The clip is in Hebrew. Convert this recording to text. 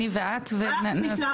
אם צריך נשלח קישורים,